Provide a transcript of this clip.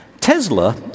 Tesla